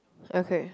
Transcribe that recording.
okay